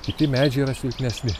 kiti medžiai yra silpnesni